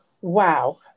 Wow